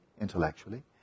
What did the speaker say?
intellectually